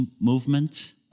movement